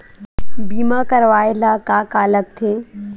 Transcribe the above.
बीमा करवाय ला का का लगथे?